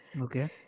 Okay